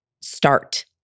start